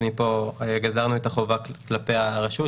מפה גזרנו את החובה כלפי הרשות,